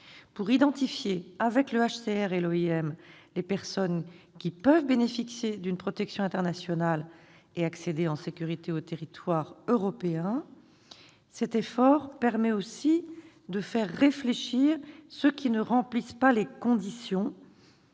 internationale des migrations, les personnes qui peuvent bénéficier d'une protection internationale et accéder en sécurité au territoire européen. Cela permet aussi de faire réfléchir ceux qui ne remplissent pas les conditions,